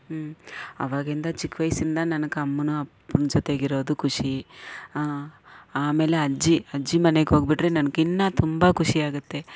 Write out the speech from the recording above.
ಹ್ಞೂ ಅವಾಗಿಂದ ಚಿಕ್ಕವಯ್ಸಿಂದ ನನಗೆ ಅಮ್ಮನೊ ಅಪ್ಪನ ಜೊತೆಗಿರೋದು ಖುಷಿ ಹಾಂ ಆಮೇಲೆ ಅಜ್ಜಿ ಅಜ್ಜಿ ಮನೆಗೆ ಹೋಗಿಬಿಟ್ರೆ ನನಗಿನ್ನು ತುಂಬ ಖುಷಿಯಾಗುತ್ತೆ